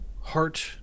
heart